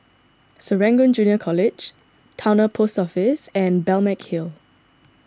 Serangoon Junior College Towner Post Office and Balmeg Hill